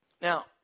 now